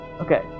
Okay